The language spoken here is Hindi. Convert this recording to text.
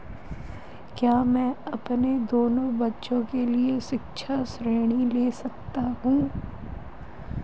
क्या मैं अपने दोनों बच्चों के लिए शिक्षा ऋण ले सकता हूँ?